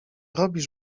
robisz